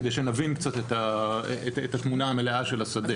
כדי שנבין קצת את התמונה המלאה של השדה.